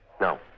No